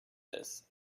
this